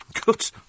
Good